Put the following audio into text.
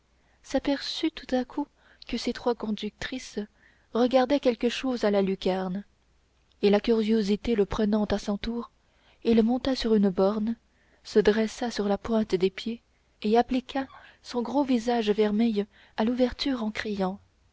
s'aperçut tout à coup que ses trois conductrices regardaient quelque chose à la lucarne et la curiosité le prenant à son tour il monta sur une borne se dressa sur la pointe des pieds et appliqua son gros visage vermeil à l'ouverture en criant